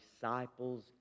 disciples